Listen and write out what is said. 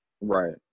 Right